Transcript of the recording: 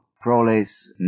proles